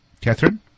Catherine